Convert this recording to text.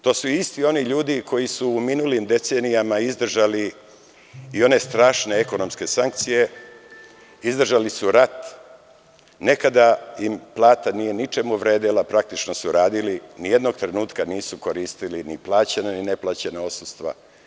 To su isti oni ljudi koji su u minulim decenijama izdržali i one strašne ekonomske sankcije, izdržali su i rat, nekada im plata ničemu nije vredela, praktično su radili, ni jednog trenutka nisu koristili ni plaćeno ni neplaćena odsustva.